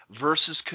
versus